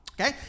okay